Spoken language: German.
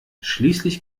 schließlich